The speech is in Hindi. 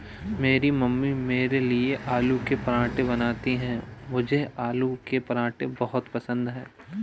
मेरी मम्मी मेरे लिए आलू के पराठे बनाती हैं मुझे आलू के पराठे बहुत पसंद है